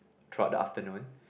throughout the afternoon